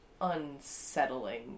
unsettling